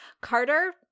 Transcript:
Carter